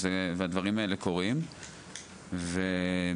הדברים האלה קורים ומגיעים.